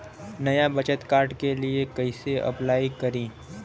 नया बचत कार्ड के लिए कइसे अपलाई करी?